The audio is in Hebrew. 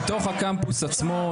בתוך הקמפוס עצמו,